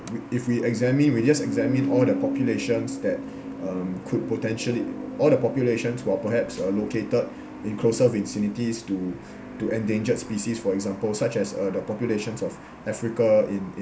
we if we examine we just examine all the populations that um could potentially all the populations who are perhaps are located in closer vicinities to to endangered species for example such as uh the populations of africa in